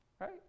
right